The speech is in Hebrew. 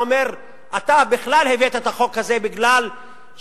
אתה בכלל הבאת את החוק הזה כי הוא